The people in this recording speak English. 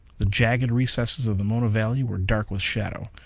the jagged recesses of the mona valley were dark with shadow.